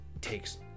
takes